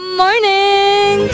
morning